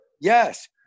Yes